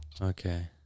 Okay